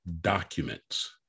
documents